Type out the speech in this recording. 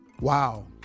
Wow